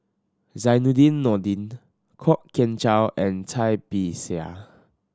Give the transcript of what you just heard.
Zainudin Nordin Kwok Kian Chow and Cai Bixia